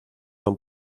son